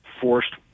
forced